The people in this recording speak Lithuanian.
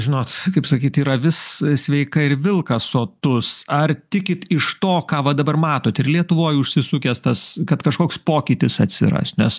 žinot kaip sakyt ir avis sveika ir vilkas sotus ar tikit iš to ką va dabar matote ir lietuvoj užsisukęs tas kad kažkoks pokytis atsiras nes